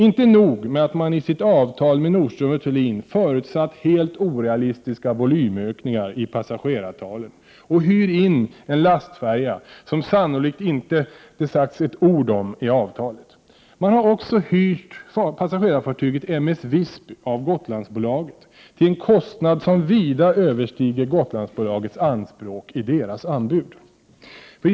Inte nog med att regeringen i sitt avtal med Nordström & Thulin förutsatt helt orealistiska volymökningar i passagerartalen och hyrt in en lastfärja som det sannolikt inte sagts ett ord om i avtalet, utan man har också hyrt passagerarfartyget M/S Visby av Gotlandsbolaget till en kostnad som vida överstiger Gotlandsbolagets anspråk i dess anbud.